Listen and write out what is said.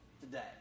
today